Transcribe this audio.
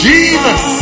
Jesus